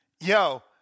Yo